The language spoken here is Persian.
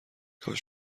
کاش